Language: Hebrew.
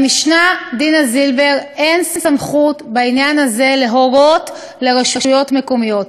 למשנה דינה זילבר אין סמכות בעניין הזה להורות לרשויות מקומיות.